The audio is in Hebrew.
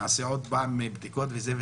נעשה עוד פעם בדיקות וזה,